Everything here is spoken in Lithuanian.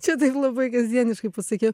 čia taip labai kasdieniškai pasakiau